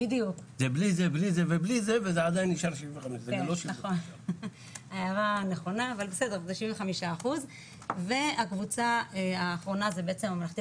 זה בלי זה בלי ובלי זה וזה עדין נשאר 75 זה גם לא 75. הערה נכונה אבל בסדר זה 75% והקבוצה האחרונה זה בעצם ממלכתי